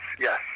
yes